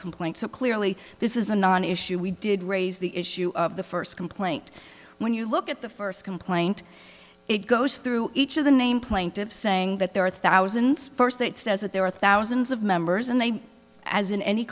complaint so clearly this is a non issue we did raise the issue of the first complaint when you look at the first complaint it goes through each of the name plaintive saying that there are thousands first that says that there are thousands of members and they as in any